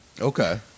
Okay